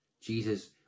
Jesus